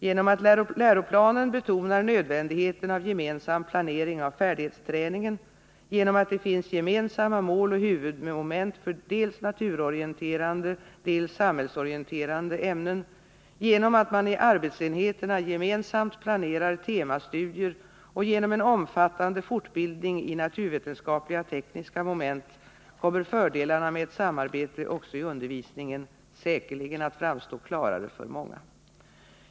Genom att läroplanen betonar nödvändigheten av gemensam planering av färdighetsträningen, genom att det finns gemensamma mål och huvudmoment för dels naturorienterande, dels samhällsorienterande ämnen, genom att man i arbetsenheterna gemensamt planerar temastudier och genom en omfattande fortbildning i naturvetenskapliga-tekniska moment kommer fördelarna med ett samarbete också i undervisningen säkerligen att framstå klarare för många.